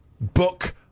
book